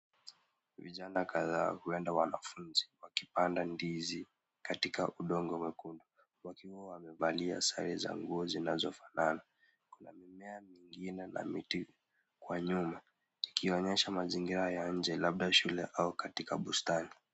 Vijana kadhaa huenda wanafunzi wakipanda ndizi katika udongo mwekundu wakiwa wamevalia sare za nguo zinazofanana. Kuna mimea mingine na miti kwa nyuma, ikionyesha mazingira ya nje labda shule au katika bustani.